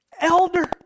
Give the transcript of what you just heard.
elder